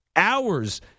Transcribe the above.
Hours